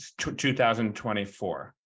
2024